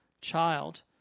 child